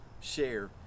share